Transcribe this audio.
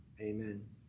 Amen